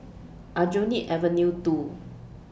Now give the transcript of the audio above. Aljunied Avenue two